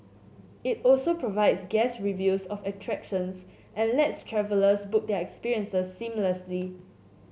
it also provides guest reviews of attractions and lets travellers book their experiences seamlessly